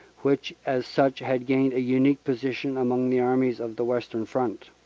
which as such had gained a unique position among the armies of the western front.